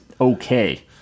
okay